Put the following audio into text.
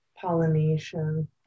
pollination